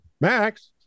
Max